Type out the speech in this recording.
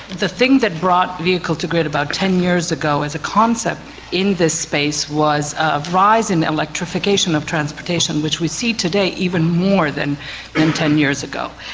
the thing that brought vehicle to grid about ten years ago as a concept in this space was a rise in electrification of transportation, which we see today even more than and ten years ago,